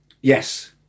Yes